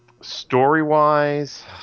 Story-wise